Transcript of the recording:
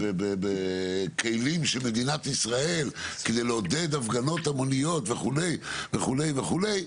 בכלים של מדינת ישראל כדי לעודד הפגנות המוניות וכו' וכו',